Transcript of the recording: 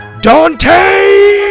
Dante